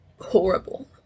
horrible